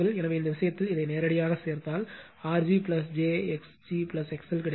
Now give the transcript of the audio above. எனவே இந்த விஷயத்தில் இதை நேரடியாகச் சேர்த்தால் R g j x g XL கிடைக்கும்